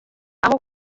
aho